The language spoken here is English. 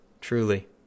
Truly